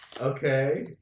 Okay